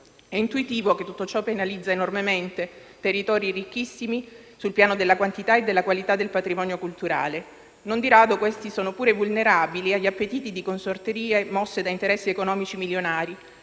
È intuitivo che tutto ciò penalizza enormemente territori ricchissimi sul piano della quantità e della qualità del patrimonio culturale; non di rado questi sono pure vulnerabili agli appetiti di consorterie mosse da interessi economici milionari,